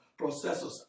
processors